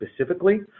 specifically